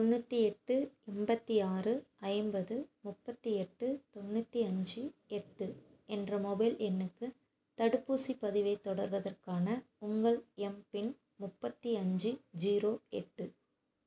தொண்ணூற்றி எட்டு எண்பத்தி ஆறு ஐம்பது முப்பத்தி எட்டு தொண்ணூற்றி அஞ்சு எட்டு என்ற மொபைல் எண்ணுக்கு தடுப்பூசிப் பதிவைத் தொடர்வதற்கான உங்கள் எம்பின் முப்பத்தி அஞ்சு ஜீரோ எட்டு